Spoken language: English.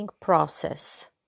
process